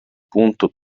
punto